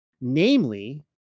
namely